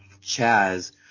Chaz